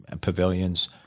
pavilions